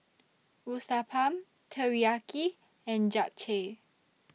Uthapam Teriyaki and Japchae